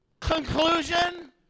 Conclusion